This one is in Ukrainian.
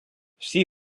всі